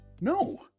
No